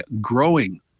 growing